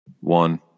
One